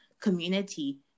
community